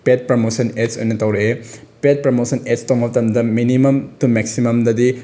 ꯄꯦꯠ promotion ꯑꯦꯠꯁ ꯑꯣꯏꯅ ꯇꯧꯔꯛꯑꯦ ꯄꯦꯠ ꯄ꯭ꯔꯣꯃꯣꯁꯟ ꯑꯦꯠꯁ ꯇꯧꯕ ꯃꯇꯝꯗ ꯃꯤꯅꯤꯃꯝ ꯇꯨ ꯃꯦꯛꯁꯤꯃꯝꯗꯗꯤ